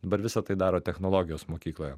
dabar visa tai daro technologijos mokykloje